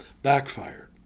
backfired